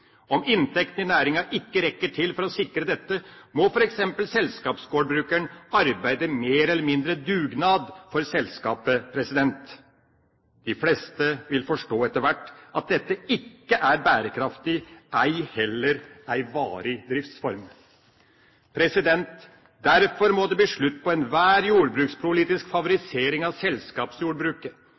Om inntekten i næringa ikke rekker til for å sikre dette, må f.eks. selskapsgårdbrukeren arbeide mer eller mindre dugnad for selskapet. De fleste vil forstå etter hvert at dette ikke er bærekraftig, ei heller en varig driftsform. Derfor må det bli slutt på enhver jordbrukspolitisk favorisering av selskapsjordbruket.